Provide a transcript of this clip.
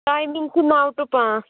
timing چھِ نَو to پاںٛژ